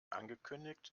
angekündigt